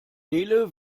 nele